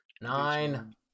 Nine